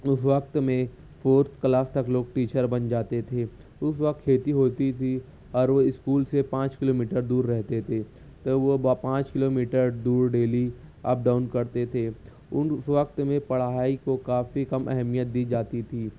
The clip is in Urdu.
اس وقت میں فورتھ کلاس تک لوگ ٹیچر بن جاتے تھے اس وقت کھیتی ہوتی تھی اور وہ اسکول سے پانچ کلو میٹر دور رہتے تھے تو وہ پانچ کلو میٹر دور ڈیلی اپ ڈاؤں کرتے تھے ان اس وقت میں پڑھائی کو کافی کم اہمیت دی جاتی تھی